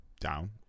down